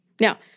Now